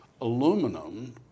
Aluminum